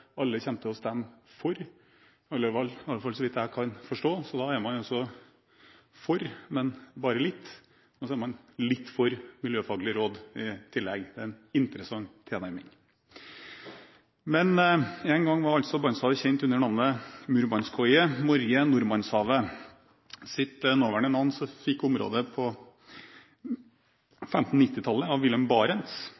alle kommer til å stemme for, iallfall så vidt jeg kan forstå. Da er man altså for, men bare litt, og så er man litt for miljøfaglige råd i tillegg – en interessant tilnærming. En gang var Barentshavet kjent under navnet Murmanskoje morje, Nordmannshavet. Sitt nåværende navn fikk området på